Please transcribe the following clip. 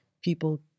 people